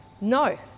No